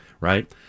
right